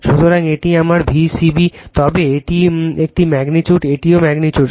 সুতরাং এটি আমার V c b তবে এটি একটি ম্যাগনিটিউড এটিও ম্যাগনিটিউড